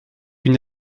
une